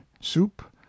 soup